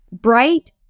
Bright